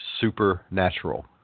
supernatural